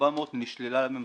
כ-8,400 נשללה מהם הזכאות.